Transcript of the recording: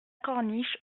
corniche